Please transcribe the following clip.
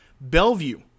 Bellevue